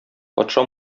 патша